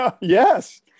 Yes